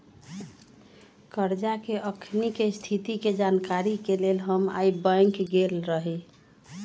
करजा के अखनीके स्थिति के जानकारी के लेल हम आइ बैंक गेल रहि